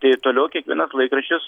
tai toliau kiekvienas laikraštis